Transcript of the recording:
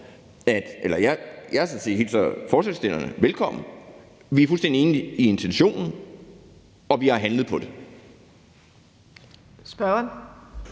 sådan set forslagsstillernes forslag velkommen. Vi er fuldstændig enige i intentionen, og vi har handlet på det. Kl.